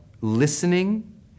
listening